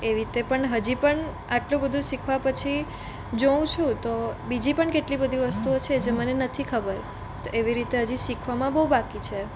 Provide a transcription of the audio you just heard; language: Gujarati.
એવી રીતે પણ હજી પણ આટલું બધુ શીખવા પછી જોઉં છું તો બીજી પણ કેટલી બધી વસ્તુઓ છે જે મને નથી ખબર તો એવી રીતે હજી શીખવામાં બહુ બાકી છે